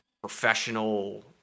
professional